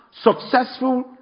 successful